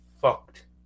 fucked